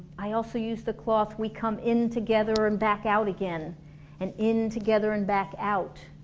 i also use the cloth, we come in together and back out again and in together and back out